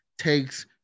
takes